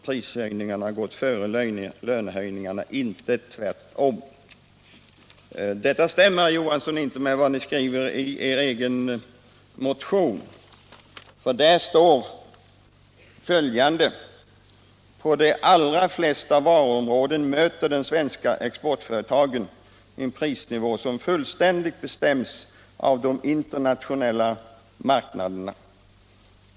Prishöjningarna har gått före lönehöjningarna — inte tvärtom.” Detta stämmer inte, herr Johansson, med vad ni skriver i er egen motion. Där står följande: ”På de allra flesta varuområden möter de svenska exportföretagen en prisnivå som fullständigt bestäms av de internationella marknaderna.